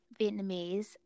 Vietnamese